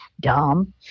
dumb